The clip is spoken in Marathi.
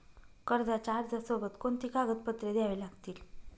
कर्जाच्या अर्जासोबत कोणती कागदपत्रे द्यावी लागतील?